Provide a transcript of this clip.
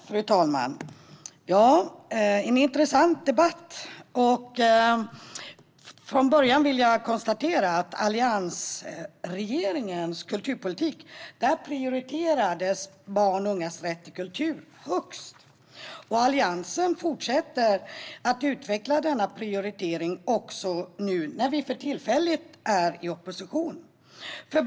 Fru talman! Det är en intressant debatt, och jag vill från början konstatera att barns och ungas rätt till kultur prioriterades högst i alliansregeringens kulturpolitik. Alliansen fortsätter att utveckla denna prioritering också nu när vi för tillfället är i opposition.